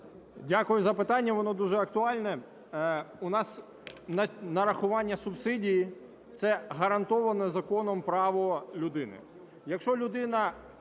Дякую за запитання, воно дуже актуальне. У нас нарахування субсидії – це гарантоване законом право людини.